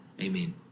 Amen